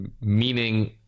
meaning